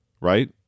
Right